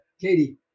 Katie